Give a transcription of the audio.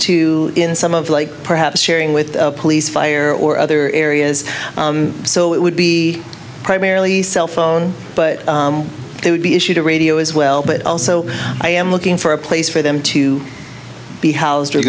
too in some of like perhaps sharing with police fire or other areas so it would be primarily cell phone but it would be issue to radio as well but also i am looking for a place for them to be house